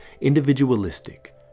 individualistic